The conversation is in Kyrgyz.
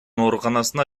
ооруканасына